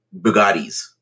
Bugattis